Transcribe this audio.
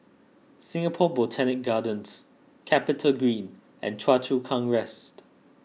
Singapore Botanic Gardens CapitaGreen and Choa Chu Kang West